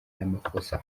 ramaphosa